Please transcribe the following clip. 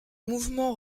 mouvement